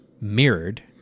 mirrored